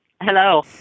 Hello